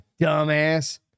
dumbass